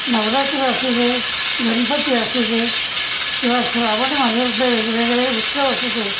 नवरात्र असू दे गणपती असू दे किंवा श्रावणमध्ये वेगवेगळे उत्सव असू दे